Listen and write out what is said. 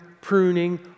pruning